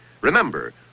Remember